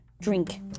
drink